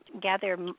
gather